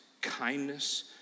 kindness